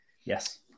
Yes